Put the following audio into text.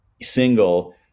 single